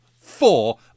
Four